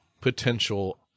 potential